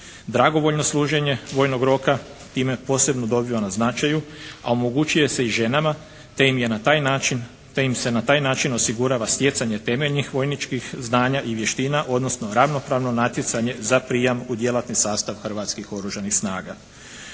Dragovoljno služenje vojnog roka time posebno dobiva na značaju, a omogućuje se i ženama te im se na taj način osigurava stjecanje temeljnih vojničkih znanja i vještina, odnosno ravnopravno natjecanje za prijam u djelatni sastav Hrvatskih oružanih snaga.